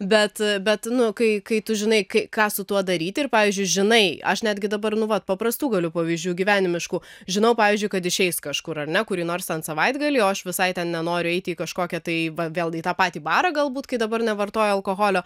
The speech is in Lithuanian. bet bet nu kai kai tu žinai ką su tuo daryti ir pavyzdžiui žinai aš netgi dabar nu vat paprastų galiu pavyzdžių gyvenimiškų žinau pavyzdžiui kad išeis kažkur ar ne kurį nors savaitgalį o aš visai nenoriu eiti į kažkokią tai vėl į tą patį barą galbūt kai dabar nevartoju alkoholio